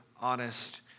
honest